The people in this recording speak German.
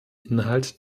inhalt